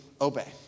obey